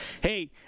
Hey